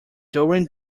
during